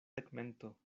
tegmento